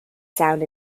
sound